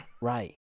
right